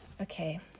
Okay